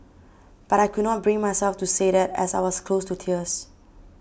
but I could not bring myself to say that as I was close to tears